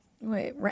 Wait